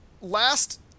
last